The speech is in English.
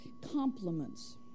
compliments